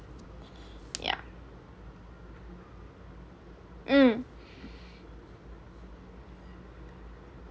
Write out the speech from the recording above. yeah mm